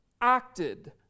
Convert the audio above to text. acted